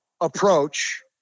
approach